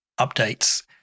updates